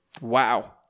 Wow